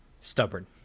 stubborn